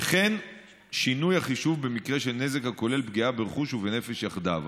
וכן שינוי החישוב במקרה של נזק הכולל פגיעה ברכוש ובנפש יחדיו.